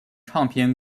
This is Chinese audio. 唱片